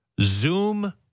Zoom